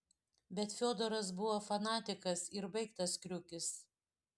bet fiodoras buvo fanatikas ir baigtas kriukis